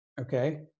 Okay